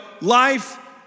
life